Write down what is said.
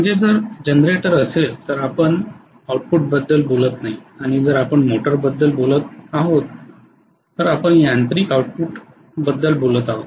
म्हणजे जर जनरेटर असेल तर आपण विद्युत उत्पादनाबद्दल आउटपुटबद्दल बोलत नाही आणि जर आपण मोटरबद्दल बोलत आहोत तर आपण यांत्रिक आउटपुटबद्दल बोलत आहोत